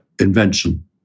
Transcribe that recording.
invention